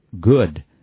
good